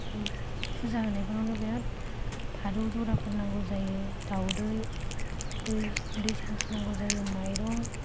फुजा होनायखौनो बिराद फारौ जराफोर नांगौ जायो दावदै दै शान्ति नांगौ जायो माइरं